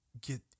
get